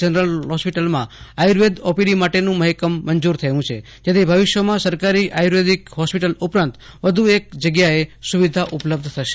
general હોસ્પિટલમાં Ayurveda OPD માટે મહેકમ મંજૂર થયું છે જેથી ભવિષ્યમાં સરકારી આયુર્વેદિક હોસ્પિટલ ઉપરાંત વધુ એક જગ્યાએ સુવિધા ઉપલબ્ધ થશે